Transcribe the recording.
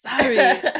sorry